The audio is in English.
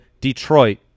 Detroit